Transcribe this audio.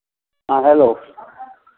हाँ हेलो